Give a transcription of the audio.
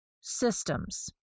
systems